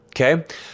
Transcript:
Okay